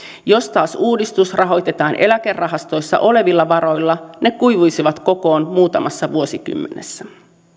jos taas uudistus rahoitetaan eläkerahastoissa olevilla varoilla ne kuivuisivat kokoon muutamassa vuosikymmenessä